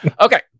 Okay